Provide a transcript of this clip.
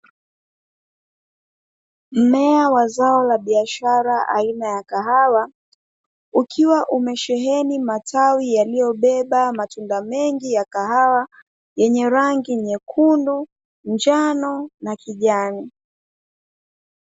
Mmea wa zao la biashara aina ya kahawa ukiwa umesheheni matawi yaliyobeba matunda mengi ya kahawa yenye rangi nyekundu, njano na kijani.